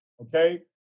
Okay